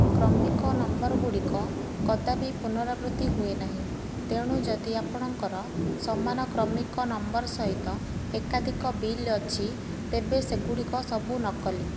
କ୍ରମିକ ନମ୍ବର୍ଗୁଡ଼ିକ କଦାପି ପୁନରାବୃତ୍ତି ହୁଏ ନାହିଁ ତେଣୁ ଯଦି ଆପଣଙ୍କର ସମାନ କ୍ରମିକ ନମ୍ବର୍ ସହିତ ଏକାଧିକ ବିଲ୍ ଅଛି ତେବେ ସେଗୁଡ଼ିକ ସବୁ ନକଲି